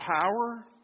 power